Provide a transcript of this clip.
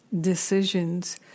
decisions